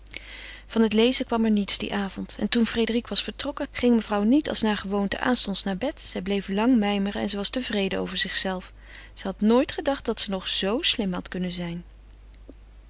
van het lezen kwam er niets dien avond en toen frédérique was vertrokken ging mevrouw niet als naar gewoonte aanstonds naar bed zij bleef lang mijmeren en ze was tevreden over zichzelve ze had nooit gedacht dat ze nog zoo slim had kunnen zijn